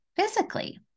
physically